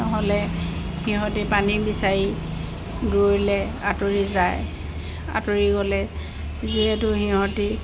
নহ'লে সিহঁতে পানী বিচাৰি দূৰৈলৈ আঁতৰি যায় আঁতৰি গ'লে যিহেতু সিহঁতে